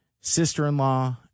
sister-in-law